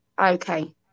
Okay